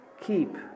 keep